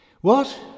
What